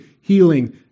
healing